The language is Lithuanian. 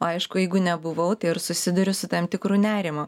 aišku jeigu nebuvau tai ir susiduriu su tam tikru nerimu